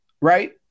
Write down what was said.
Right